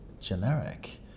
generic